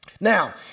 Now